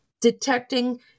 detecting